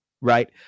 right